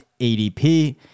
ADP